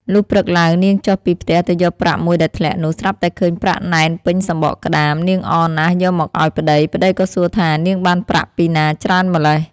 លុះព្រឹកឡើង នាងចុះពីផ្ទះទៅយកប្រាក់មួយដែលធ្លាក់នោះ ស្រាប់តែឃើញប្រាក់ណែនពេញសំបកក្ដាម នាងអរណាស់យកមកឲ្យប្ដី ប្ដីក៏សួរថា នាងបានប្រាក់ពីណាច្រើនម្ល៉េះ។